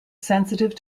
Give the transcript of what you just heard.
sensitive